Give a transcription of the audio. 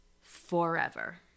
forever